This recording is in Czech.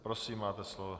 Prosím, máte slovo.